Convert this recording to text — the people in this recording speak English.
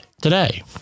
Today